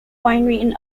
binary